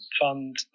fund